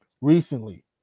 recently